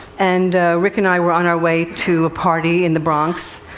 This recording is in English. and rick and i were on our way to a party in the bronx,